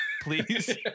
please